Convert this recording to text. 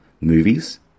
movies